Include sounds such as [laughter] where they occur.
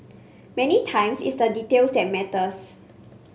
[noise] many times it's the details that matters